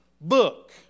book